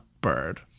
bird